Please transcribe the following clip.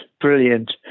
brilliant